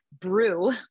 brew